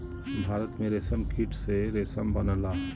भारत में रेशमकीट से रेशम बनला